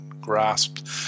grasped